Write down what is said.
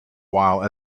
while